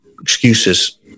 excuses